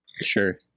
Sure